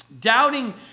Doubting